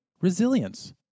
resilience